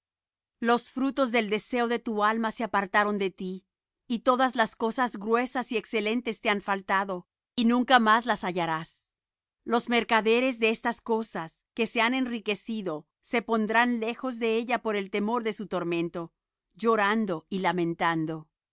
los frutos del deseo de tu alma se apartaron de ti y todas las cosas gruesas y excelentes te han faltado y nunca más las hallarás los mercaderes de estas cosas que se han enriquecido se pondrán lejos de ella por el temor de su tormento llorando y lamentando